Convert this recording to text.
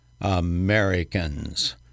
Americans